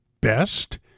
best